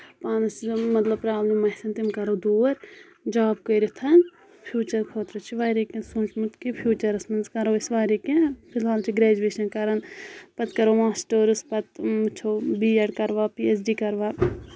پانَس یِم مطلب پرابلِم آسن تِم کرو دوٗر جاب کٔرِتھ فیوٗچر خٲطرٕ چھِ واریاہ کینٛہہ سونٛچمُت کہِ فیوٗچرس منٛز کرو أسۍ واریاہ کینٛہہ فِلحال چھِ گریجویشن کران پَتہٕ کَرو ماسٹٲرٕس پتہٕ چھُ بی ایڈ کرو پی ایچ ڈی کروا